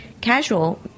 casual